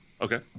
Okay